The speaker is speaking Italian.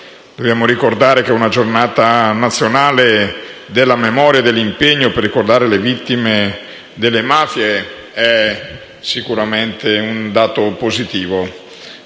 l'istituzione di una giornata nazionale della memoria e dell'impegno per ricordare le vittime delle mafie è sicuramente un dato positivo.